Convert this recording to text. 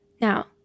Now